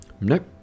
Nope